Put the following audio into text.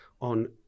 on